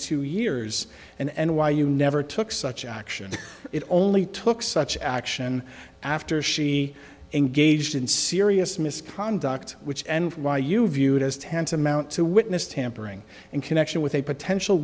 two years and why you never took such action it only took such action after she engaged in serious misconduct which and why you view it as tantamount to witness tampering in connection with a potential